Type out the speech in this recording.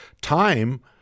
time